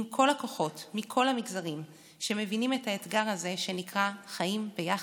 עם כל הכוחות מכל המגזרים שמבינים את האתגר הזה שנקרא חיים ביחד,